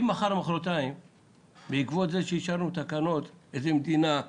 אם מחר או מוחרתיים בעקבות זה שאישרנו תקנות איזו מדינה,